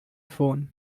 phone